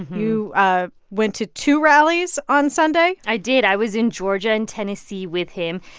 you ah went to two rallies on sunday i did. i was in georgia and tennessee with him.